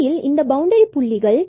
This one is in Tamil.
உண்மையில் இந்த பவுண்டரி புள்ளிகளை